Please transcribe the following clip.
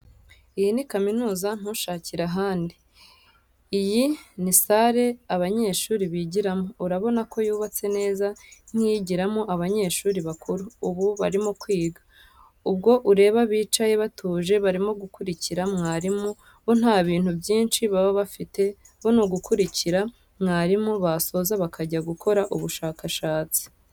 Iyi ni kaminuza ntushakire ahandi. Iyi ni sare abanyeshuri bigiramo, urabona ko yubatse neza nk'iyigiramo abanyeshuri bakuru, ubu barimo kwiga. Ubwo ureba bicaye batuje barimo gukurikira mwarimu bo nta bintu byinshi baba bafite, bo ni ugukurikira mwarimu basoza bakajya gukora ubushakashatsi.